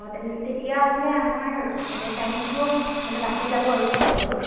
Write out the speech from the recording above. অঁ তেন তেতিয়াহ'লে আমাৰ মানে টাইমটোও মানে বাছি যাব আৰু পিছলৈ